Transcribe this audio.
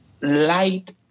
light